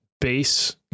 base